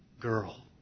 girl